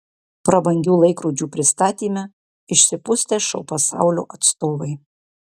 prabangių laikrodžių pristatyme išsipustę šou pasaulio atstovai